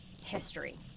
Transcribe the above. history